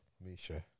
Misha